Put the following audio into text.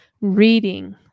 reading